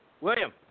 William